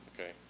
Okay